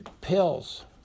pills